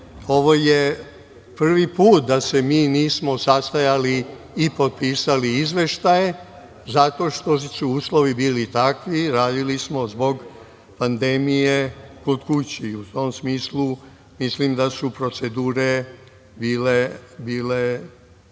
ovo je prvi put da se mi nismo sastajali i potpisali izveštaje zato što su uslovi bili takvi, radili smo zbog pandemije od kuće i u tom smislu mislim da su procedure bile